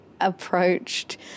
approached